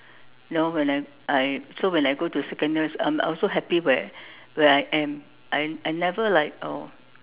you know when I I so when I go to secondary um I also happy where where I am I I never like oh